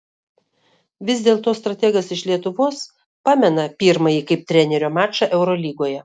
vis dėlto strategas iš lietuvos pamena pirmąjį kaip trenerio mačą eurolygoje